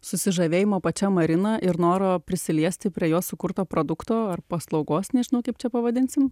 susižavėjimo pačia marina ir noro prisiliesti prie jos sukurto produkto ar paslaugos nežinau kaip čia pavadinsim